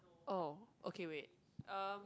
oh okay wait uh